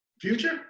Future